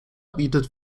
bietet